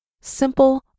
Simple